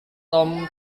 tom